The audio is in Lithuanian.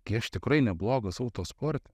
kai aš tikrai neblogas autosporte